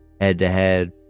Head-to-head